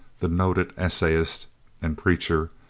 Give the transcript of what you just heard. the noted essayist and preacher,